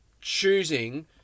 choosing